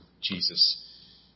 Jesus